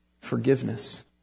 forgiveness